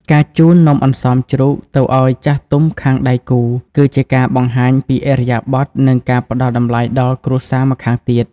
ការជូន "នំអន្សមជ្រូក" ទៅឱ្យចាស់ទុំខាងដៃគូ គឺជាការបង្ហាញពីឥរិយាបថ និងការផ្ដល់តម្លៃដល់គ្រួសារម្ខាងទៀត។